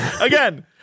Again